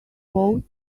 vote